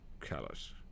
callous